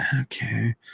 Okay